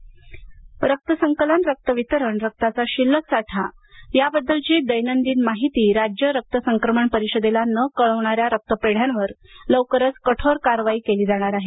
रक्त संकलन रक्त संकलन रक्त वितरण रक्ताचा शिल्लक साठा याबद्दलची दैनंदिन माहिती राज्य रक्त संक्रमण परिषदेला न कळवणाऱ्या रक्तपेढ्यांवर लवकरच कठोर कारवाई केली जाणार आहे